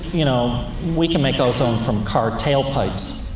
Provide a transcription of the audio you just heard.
you know, we can make ozone from car tailpipes.